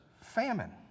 famine